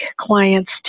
client's